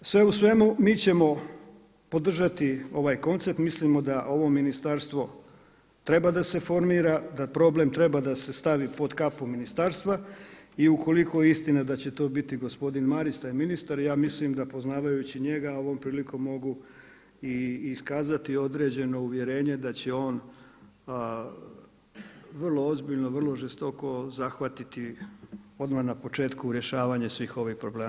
Sve u svemu mi ćemo podržati ovaj koncept, mislimo da ovo ministarstvo treba da se formira, da problem treba da se stavi pod kapu ministarstva i ukoliko je istina da će to biti gospodin Marić taj ministar ja mislim da poznajući njega, ovom prilikom mogu i iskazati određeno uvjerenje da će on vrlo ozbiljno, vrlo žestoko zahvatiti odmah na početku rješavanje svih ovih problema.